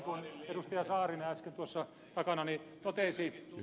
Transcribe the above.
saarinen äsken tuossa takanani totesi